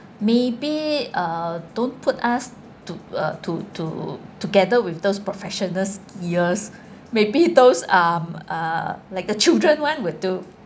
maybe uh don't put us to uh to to together with those professional skiiers maybe those uh like a children [one] will do